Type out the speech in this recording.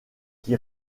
qui